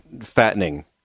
fattening